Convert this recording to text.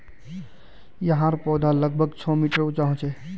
याहर पौधा लगभग छः मीटर उंचा होचे